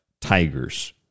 Tigers